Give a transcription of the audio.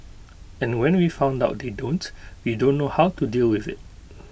and when we found out they don't we don't know how to deal with IT